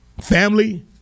Family